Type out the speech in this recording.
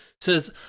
says